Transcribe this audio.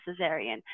cesarean